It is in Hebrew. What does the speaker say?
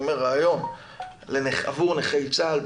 אני אומר רעיון עבור נכי צה"ל,